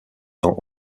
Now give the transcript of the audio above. ans